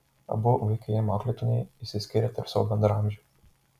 abu vkm auklėtiniai išsiskiria tarp savo bendraamžių